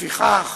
לפיכך